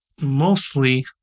Mostly